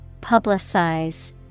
Publicize